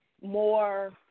more